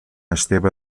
esteve